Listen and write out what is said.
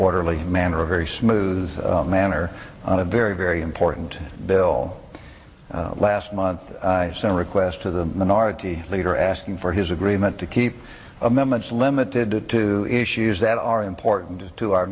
orderly manner a very smooth manner on a very very important bill last month i sent a request to the minority leader asking for his agreement to keep amendments limited to issues that are important to